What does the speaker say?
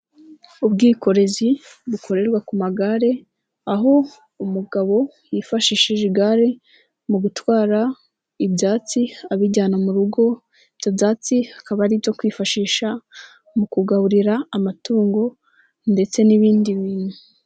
Ubwikorezi bukorerwa ku magare aho umugabo yifashishije igare mu gutwara ibyatsi abijyana mu rugo, ibyo byatsi akaba ari ibyo kwifashisha mu kugaburira amatungo ndetse n'ibindi bintu.